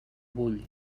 vull